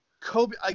kobe